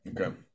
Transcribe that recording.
Okay